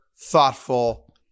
thoughtful